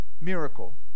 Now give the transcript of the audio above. miracle